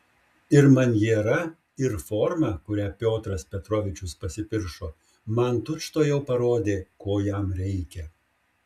ir maniera ir forma kuria piotras petrovičius pasipiršo man tučtuojau parodė ko jam reikia